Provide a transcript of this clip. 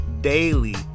daily